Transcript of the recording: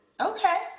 Okay